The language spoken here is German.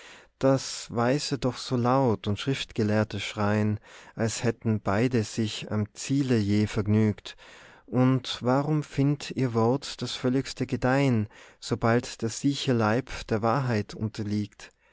das weise doch so laut und schriftgelehrte schreien als hätten beide sich am ziele je vergnügt und warum findt ihr wort das völligste gedeihen sobald der freche leib der wahrheit unterliegt